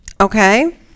Okay